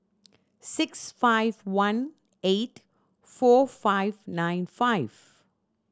six five one eight four five nine five